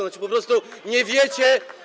Znaczy, po prostu nie wiecie.